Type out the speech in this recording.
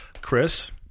Chris